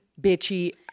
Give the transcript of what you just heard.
bitchy